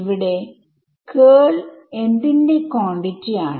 ഇവിടെ കേൾ എന്തിന്റെ ക്വാണ്ടിറ്റി ആണ്